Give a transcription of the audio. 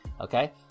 okay